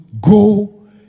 go